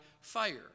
fire